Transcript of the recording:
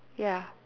ya